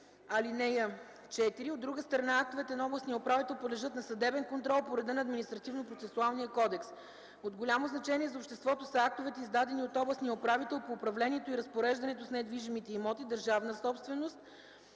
ал. 4, а от друга страна, актовете на областния управител подлежат на съдебен контрол по реда на Административнопроцесуалния кодекс. От голямо значение за обществото са актовете, издадени от областния управител по управлението и разпореждането с недвижимите имоти – държавна собственост.